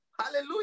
hallelujah